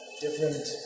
different